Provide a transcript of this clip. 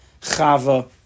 Chava